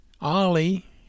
Ollie